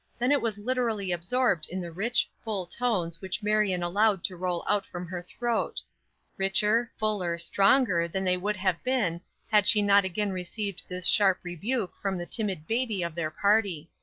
then it was literally absorbed in the rich, full tones which marion allowed to roll out from her throat richer, fuller, stronger than they would have been had she not again received this sharp rebuke from the timid baby of their party.